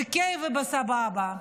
בכיף ובסבבה.